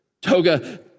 toga